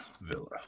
Villa